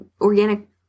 organic